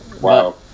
Wow